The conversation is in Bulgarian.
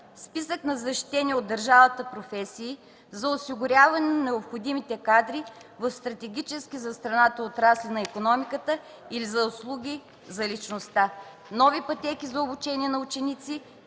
списък на защитени от държавата професии за осигуряване на необходимите кадри в стратегически за страната отрасли на икономиката или за услуги за личността; нови пътеки за обучение на ученици